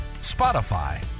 Spotify